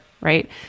right